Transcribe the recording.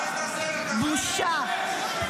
בושה.